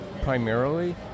primarily